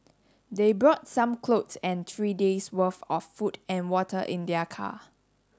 they brought some clothes and three days' worth of food and water in their car